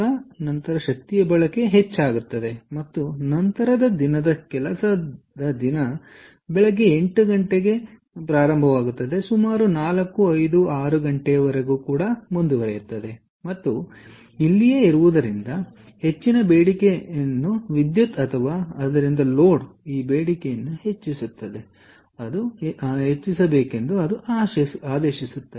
ಆದ್ದರಿಂದ ನಂತರ ಶಕ್ತಿಯ ಬಳಕೆ ಹೆಚ್ಚಾಗುತ್ತದೆ ಮತ್ತು ನಂತರ ದಿನದ ಕೆಲಸದ ದಿನ ಬೆಳಿಗ್ಗೆ 8 ಗಂಟೆಗೆ ಗಡಿಯಾರದಿಂದ ಪ್ರಾರಂಭವಾಗುತ್ತದೆ ಮತ್ತು ಸುಮಾರು 4 5 6 ಗಂಟೆಯವರೆಗೆ ಮುಂದುವರಿಯುತ್ತದೆ ಮತ್ತು ಇಲ್ಲಿಯೇ ಇರುವುದರಿಂದ ಹೆಚ್ಚಿನ ಬೇಡಿಕೆ ಇರುವುದನ್ನು ನಾವು ನೋಡುತ್ತೇವೆ ವಿದ್ಯುತ್ ಅಥವಾ ಆದ್ದರಿಂದ ಲೋಡ್ ಇದು ಬೇಡಿಕೆಯನ್ನು ಹೆಚ್ಚಿಸುತ್ತದೆ ಎಂದು ಆದೇಶಿಸುತ್ತದೆ